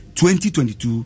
2022